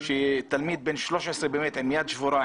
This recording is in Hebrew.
תלמיד בן 13 עם יד שבורה,